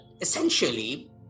essentially